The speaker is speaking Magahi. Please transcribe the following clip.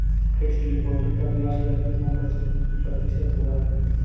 फिक्स डिपॉजिट का ब्याज दर कितना प्रतिशत होब है?